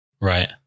Right